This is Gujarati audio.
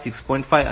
5 અને 7